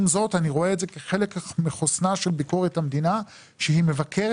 עם זאת אני רואה את זה כחלק מחוסנה של ביקורת המדינה שהיא מבקרת